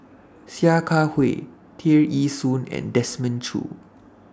Sia Kah Hui Tear Ee Soon and Desmond Choo